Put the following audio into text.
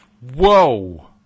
Whoa